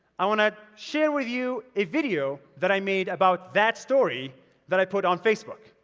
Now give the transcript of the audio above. i want to share with you a video that i made about that story that i put on facebook.